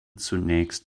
zunächst